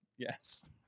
Yes